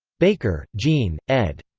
baker, jean, ed.